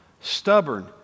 Stubborn